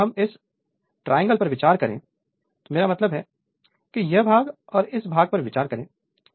तो अगर हम इस ट्रायंगल पर विचार करें मेरा मतलब है कि यह भाग और इस भाग पर विचार करें